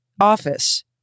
office